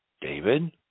David